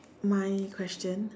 my question